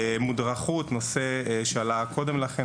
מודרכות נושא שעלה קודם לכן,